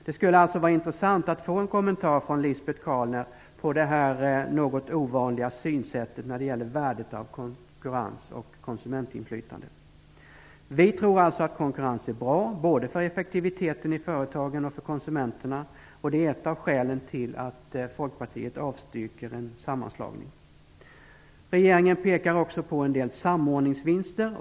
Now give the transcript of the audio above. Det skulle vara intressant att få en kommentar från Lisbet Calner om detta något ovanliga synsätt när det gäller värdet av konkurrens och konsumentinflytande. Vi i Folkpartiet tror alltså att konkurrens är bra, både för effektiviteten i företagen och för konsumenterna, och det är ett av skälen till att Folkpartiet avstyrker en sammanslagning. Regeringen pekar också på en del samordningsvinster.